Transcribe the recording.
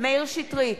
מאיר שטרית,